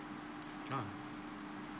oh